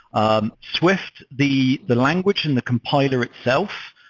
um swift, the the language and the complier itself,